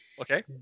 Okay